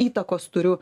įtakos turiu